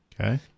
Okay